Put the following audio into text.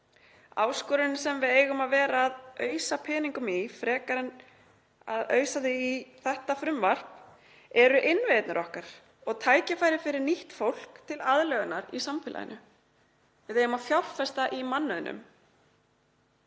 Áskorunin sem við eigum að vera að ausa peningum í, frekar en að ausa þeim í þetta frumvarp, eru innviðirnir okkar og tækifæri fyrir nýtt fólk til aðlögunar í samfélaginu. Við eigum að fjárfesta í mannauðnum.